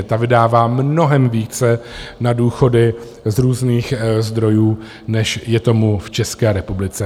Ta vydává mnohem více na důchody z různých zdrojů, než je tomu v České republice.